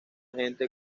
gente